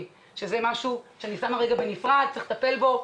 שזה משהו שאני שמה בנפרד וצריך בהחלט לטפל בו.